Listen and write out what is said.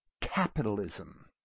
capitalism